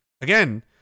Again